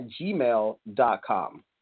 gmail.com